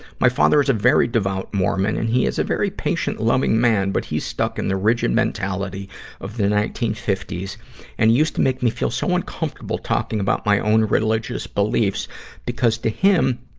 my father is a very devout mormon and he is a very patient, loving man. but he's stuck in the rigid mentality of the nineteen fifty and used to make me feel so uncomfortable talking about my own religious beliefs because, to him,